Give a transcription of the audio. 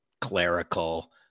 clerical